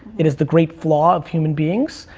it is the great flaw of human beings.